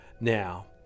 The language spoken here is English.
now